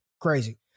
Crazy